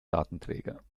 datenträger